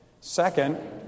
Second